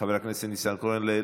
חבר הכנסת ניסנקורן,